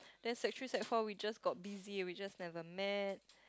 then sec three sec four we just got busy we just never met